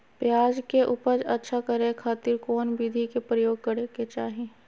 प्याज के उपज अच्छा करे खातिर कौन विधि के प्रयोग करे के चाही?